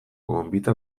gonbita